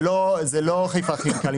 זה לא חיפה כימיקלים.